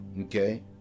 okay